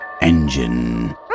engine